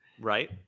Right